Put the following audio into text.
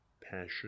passion